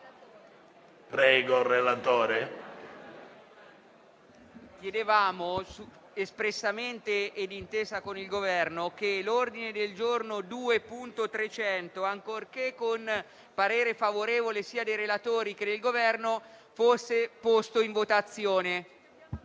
Presidente, chiedevamo espressamente e d'intesa con il Governo che l'ordine del giorno G2.300, ancorché con parere favorevole sia dei relatori che del Governo, fosse posto in votazione.